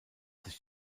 sich